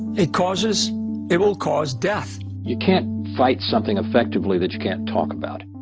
it causes it will cause death you can't fight something effectively that you can't talk about